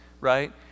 right